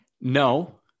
No